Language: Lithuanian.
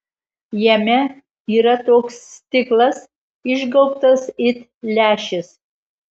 jame yra toks stiklas išgaubtas it lęšis